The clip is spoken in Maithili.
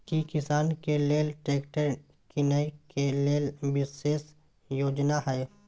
की किसान के लेल ट्रैक्टर कीनय के लेल विशेष योजना हय?